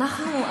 אנחנו,